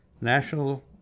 National